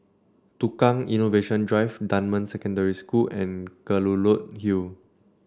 Tukang Innovation Drive Dunman Secondary School and Kelulut Hill